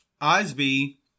Osby